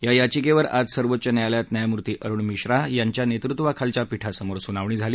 या याचिक्वर आज सर्वोच्च न्यायालयात न्यायमुर्ती अरुण मिश्रा यांच्या नस्त्वाखालच्या पीठासमोर सुनावणी झाली